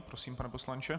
Prosím, pane poslanče.